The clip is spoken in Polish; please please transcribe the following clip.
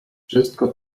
wszystko